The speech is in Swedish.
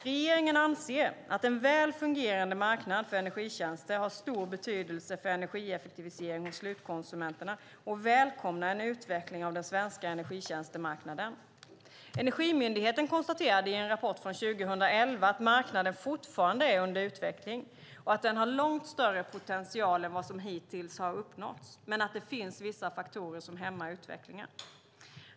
Regeringen anser att en väl fungerande marknad för energitjänster har stor betydelse för energieffektivisering hos slutkonsumenterna och välkomnar en utveckling av den svenska energitjänstemarknaden. Energimyndigheten konstaterade i en rapport från 2011 att marknaden fortfarande är under utveckling och att den har långt större potential än vad som hittills uppnåtts men att det finns vissa faktorer som hämmar utvecklingen.